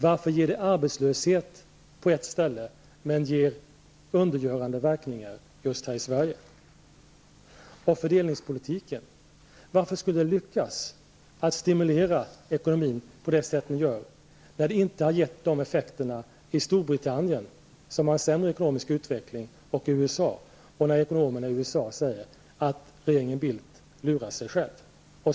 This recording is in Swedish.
Varför ger den arbetslöshet på ett ställe men har undergörande verkningar just här i Sverige? När det sedan gäller fördelningspolitiken: Varför skulle det lyckas att stimulera ekonomin på det sätt ni gör när det inte har gett de effekterna i Storbritannien, som har haft en sämre ekonomisk utveckling, och i USA? Ekonomerna i USA säger att regeringen Bildt lurar sig själv.